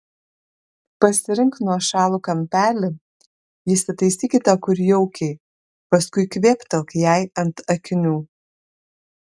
pasirink nuošalų kampelį įsitaisykite kur jaukiai paskui kvėptelk jai ant akinių